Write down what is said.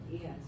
Yes